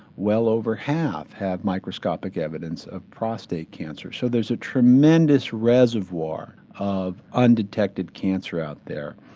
well over half have microscopic evidence of prostate cancer. so there's a tremendous reservoir of undetected cancer out there.